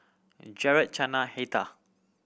Gerard Chana Heather